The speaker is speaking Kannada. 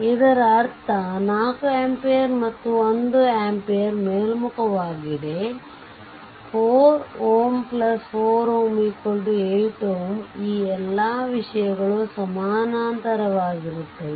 ಇದರರ್ಥ ಈ 4 ampere ಮತ್ತು 1 ampere ಮೇಲ್ಮುಖವಾಗಿದೆ ಮತ್ತು ಈ 4Ω 4 Ω 8Ω ಈ ಎಲ್ಲಾ ವಿಷಯಗಳು ಸಮಾನಾಂತರವಾಗಿರುತ್ತವೆ